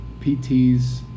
PTs